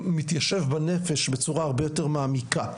מתיישב בנפש בצורה הרבה יותר מעמיקה.